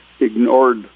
ignored